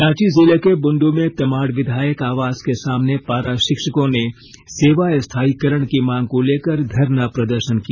रांची जिले के बुंडू में तमाड़ विधायक आवास के सामने पारा शिक्षकों ने सेवा स्थायीकरण की मांग को लेकर धरना प्रदर्शन किया